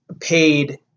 paid